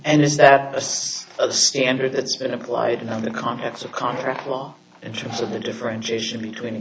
and is that a standard that's been applied in the context of contract law in terms of the differentiation between